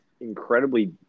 incredibly